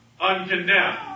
uncondemned